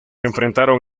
enfrentaron